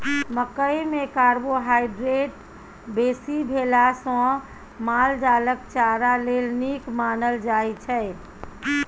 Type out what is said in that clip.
मकइ मे कार्बोहाइड्रेट बेसी भेला सँ माल जालक चारा लेल नीक मानल जाइ छै